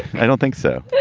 i don't think so.